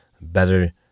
Better